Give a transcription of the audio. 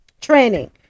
Training